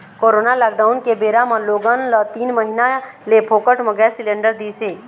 corona lockdown के बेरा म लोगन ल तीन महीना ले फोकट म गैंस सिलेंडर दिस हे